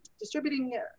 distributing